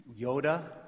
Yoda